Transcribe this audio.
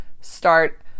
start